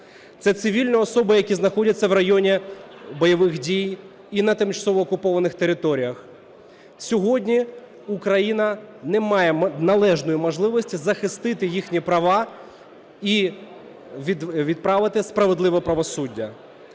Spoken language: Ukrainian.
Це цивільні особи, які знаходяться в районі бойових дій і на тимчасово окупованих територіях. Сьогодні Україна не має належної можливості захистити їхні права і відправити справедливе правосуддя.